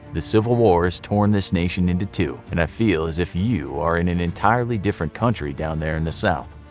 the civil war has torn this nation in and two and i feel as if you are in an entirely different country down there in the south.